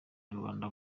banyarwanda